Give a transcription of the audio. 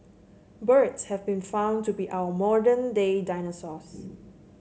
birds have been found to be our modern day dinosaurs